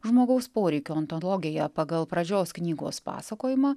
žmogaus poreikių ontologija pagal pradžios knygos pasakojimą